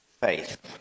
faith